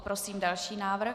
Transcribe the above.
Prosím další návrh.